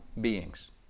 beings